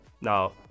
now